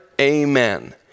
Amen